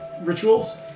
rituals